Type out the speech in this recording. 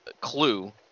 clue